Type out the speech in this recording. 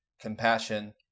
compassion